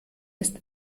ist